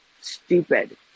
stupid